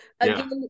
again